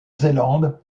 zélande